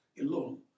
alone